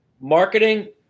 Marketing –